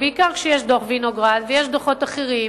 בעיקר כשיש דוח-וינוגרד ויש דוחות אחרים,